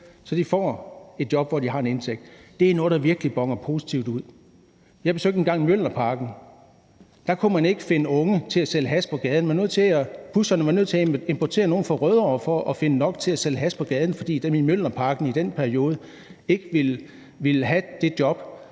så de får et job, hvor de har en indtægt, så boner det virkelig positivt ud. Jeg besøgte engang Mjølnerparken. Der kunne pusherne ikke finde unge til at sælge hash på gaden. De var nødt til at importere nogle fra Rødovre for at have nok til at sælge hash på gaden, fordi dem i Mjølnerparken i den periode ikke ville have det job,